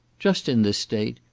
just in this state,